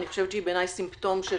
היא בעיני סימפטום של